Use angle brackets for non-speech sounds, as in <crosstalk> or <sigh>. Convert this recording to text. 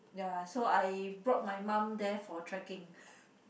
ya so I brought my mum there for trekking <breath>